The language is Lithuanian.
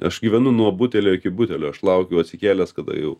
aš gyvenu nuo butelio iki butelio aš laukiu atsikėlęs kada jau